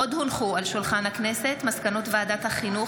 עוד הונחו על שולחן הכנסת מסקנות ועדת החינוך,